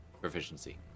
proficiency